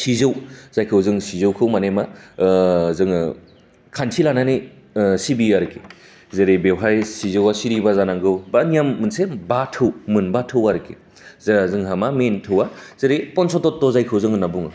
सिजौ जायखौ जों सिजौखौ माने मा जोङो खान्थि लानानै सिबियो आरोखि जेरै बेवहाय सिजौआ सिरिबा जानांगौ बा नेममोनसे बाथौ मोनबा थौ आरो जाया जोंहा मेन थौआ जेरै बा पन्चतत्व' जायखौ जोङो होन्ना बुङो